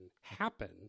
happen